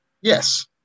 Yes